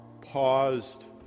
paused